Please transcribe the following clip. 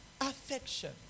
Affection